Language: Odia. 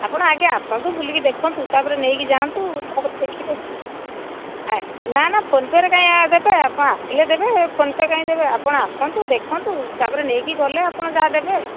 ଆପଣ ଆଗେ ଆସନ୍ତୁ ବୁଲିକି ଦେଖନ୍ତୁ ତା'ପରେ ନେଇକି ଯାଆନ୍ତୁ ତା'ପରେ ଦେଖିବେ ନା ନା ଫୋନ ପେ'ରେ କାହିଁ ଦେବେ ଆପଣ ଆସିଲେ ଦେବେ ଫୋନ ପେ କାହିଁ ଦେବେ ଆପଣ ଆସନ୍ତୁ ଦେଖନ୍ତୁ ତା'ପରେ ନେଇକି ଗଲେ ଆପଣ ଯାହା ଦେବେ